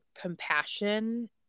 compassion